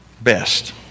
best